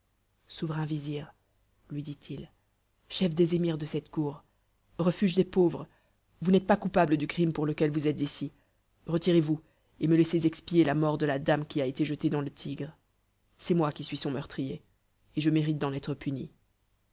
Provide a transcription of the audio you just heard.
souverain vizir lui dit-il chef des émirs de cette cour refuge des pauvres vous n'êtes pas coupable du crime pour lequel vous êtes ici retirez-vous et me laissez expier la mort de la dame qui a été jetée dans le tigre c'est moi qui suis son meurtrier et je mérite d'en être puni